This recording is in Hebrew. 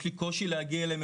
יש לי קושי להגיע אליהם,